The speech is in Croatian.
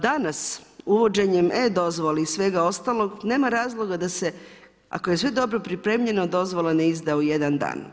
Danas, uvođenjem e-dozvola i svega ostaloga, nema razloga da se, ako je sve dobro pripremljeno, dozvola ne izda u jedan dan.